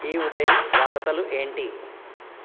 ఈ ఉదయం వార్తలు ఏంటి